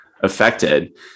affected